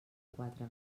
quatre